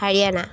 Haryana